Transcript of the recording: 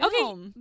Okay